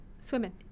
swimming